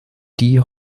die